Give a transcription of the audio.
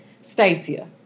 Stacia